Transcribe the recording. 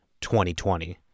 2020